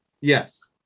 Yes